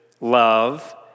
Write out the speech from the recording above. love